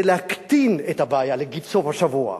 זה להקטין את הבעיה, להגיד "סוף השבוע".